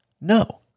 No